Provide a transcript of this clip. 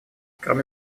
кроме